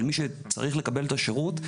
של מי שצריך לקבל את השירות.